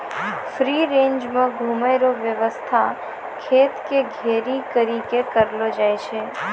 free range मे घुमै रो वेवस्था खेत के घेरी करी के करलो जाय छै